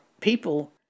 people